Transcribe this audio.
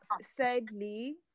sadly